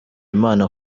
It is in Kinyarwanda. imana